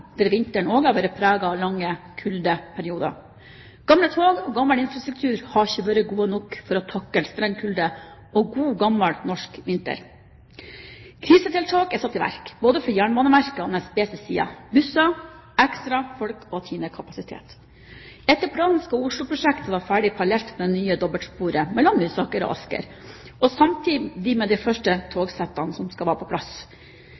der vinteren også har vært preget av lange kuldeperioder. Gamle tog og gammel infrastruktur har ikke vært gode nok for å takle streng kulde og god, gammel norsk vinter. Krisetiltak er satt i verk, både fra Jernbaneverkets og NSBs side – busser, ekstra folk og tinekapasitet. Etter planen skal Oslo-prosjektet være ferdig parallelt med det nye dobbeltsporet mellom Lysaker og Asker, og samtidig med de første av de nye togsettene som skal være på plass.